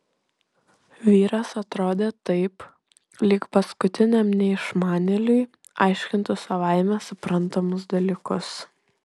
vyras atrodė taip lyg paskutiniam neišmanėliui aiškintų savaime suprantamus dalykus